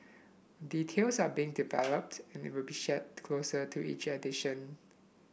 details are being developed and will be shared closer to each edition